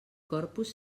corpus